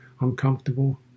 uncomfortable